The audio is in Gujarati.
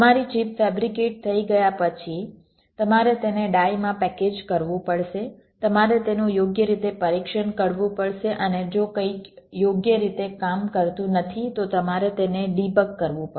તમારી ચિપ ફેબ્રિકેટ થઈ ગયા પછી તમારે તેને ડાઇ માં પેકેજ કરવું પડશે તમારે તેનું યોગ્ય રીતે પરીક્ષણ કરવું પડશે અને જો કંઈક યોગ્ય રીતે કામ કરતું નથી તો તમારે તેને ડીબગ કરવું પડશે